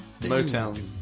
Motown